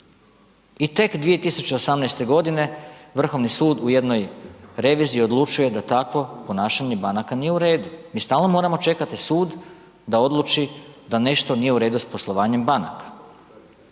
I tek 2018. godine Vrhovni sud u jednoj reviziji odlučio je da takvo ponašanje banaka nije u redu. Mi stalno moramo čekati sud da odluči da nešto nije u redu s poslovanjem banaka.